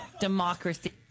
Democracy